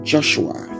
Joshua